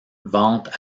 ventes